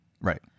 Right